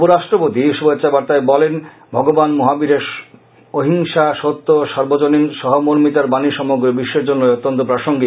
উপরাষ্ট্রপতি শুভেচ্ছাবার্তায় বলেন ভগবান মহাবীরের অহিংসা সত্য সার্বজনীন সহমর্মিতার বাণী সমগ্র বিশ্বের জন্যই অত্যন্ত প্রাসঙ্গিক